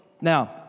Now